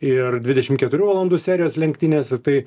ir dvidešim keturių valandų serijos lenktynėse tai